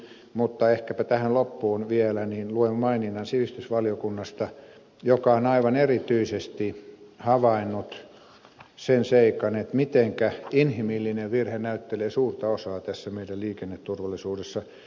mutta ehkäpä tähän loppuun vielä luen maininnan sivistysvaliokunnasta joka on aivan erityisesti havainnut sen seikan mitenkä inhimillinen virhe näyttelee suurta osaa tässä meidän liikenneturvallisuudessa